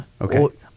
Okay